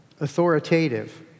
authoritative